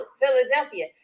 Philadelphia